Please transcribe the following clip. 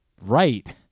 Right